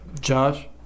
Josh